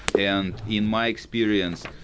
and in my experience,